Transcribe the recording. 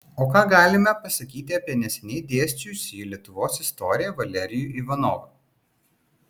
o ką galime pasakyti apie neseniai dėsčiusį lietuvos istoriją valerijų ivanovą